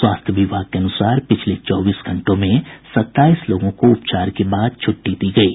स्वास्थ्य विभाग के अनुसार पिछले चौबीस घंटों में सत्ताईस लोगों को उपचार के बाद छुट्टी दी गयी